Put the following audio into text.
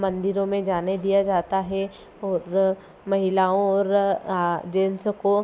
मंदिरों में दिया जाता है और महिलाओं और जेन्स को